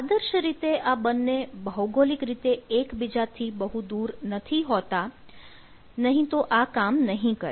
આદર્શ રીતે આ બંને ભૌગોલિક રીતે એકબીજાથી બહુ દૂર હોતા નથી નહીં તો આ કામ નહીં કરે